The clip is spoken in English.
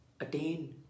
attain